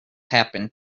happened